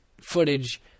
footage